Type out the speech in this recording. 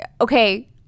okay